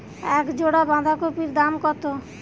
এক জোড়া বাঁধাকপির দাম কত?